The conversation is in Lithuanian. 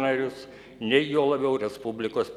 narius nei juo labiau respublikos